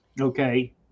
Okay